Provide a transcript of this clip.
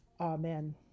Amen